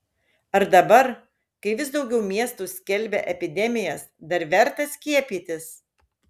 ar dabar kai vis daugiau miestų skelbia epidemijas dar verta skiepytis